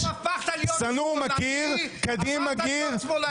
שא-נור הוא מכיר ------ הפכת להיות שמאלני